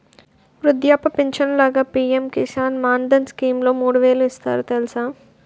వృద్ధాప్య పించను లాగా పి.ఎం కిసాన్ మాన్ధన్ స్కీంలో మూడు వేలు ఇస్తారు తెలుసా?